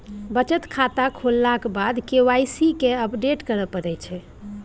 बचत खाता खोललाक बाद के वाइ सी केँ अपडेट करय परै छै